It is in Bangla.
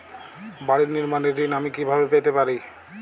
বাড়ি নির্মাণের ঋণ আমি কিভাবে পেতে পারি?